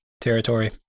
territory